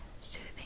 soothing